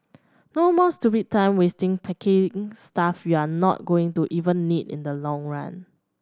no more stupid time wasting packing stuff you're not going to even need in the long run